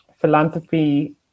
philanthropy